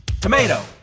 Tomato